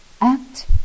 Act